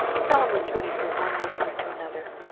solemnly turning from one listener to another,